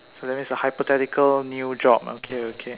so that means a hypothetical new job okay okay